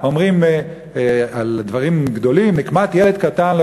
אומרים על דברים גדולים: "נקמת ילד קטן לא